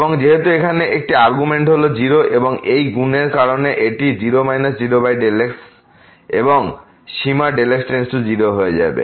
এবং যেহেতু এখানে একটি আরগুমেন্ট হল 0 এই গুণের কারণে এটি 0 0x এবং সীমা x → 0 হয়ে যাবে